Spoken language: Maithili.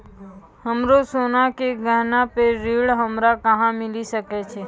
हमरो सोना के गहना पे ऋण हमरा कहां मिली सकै छै?